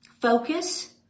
focus